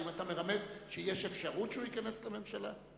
האם אתה מרמז שיש אפשרות שהוא ייכנס לממשלה?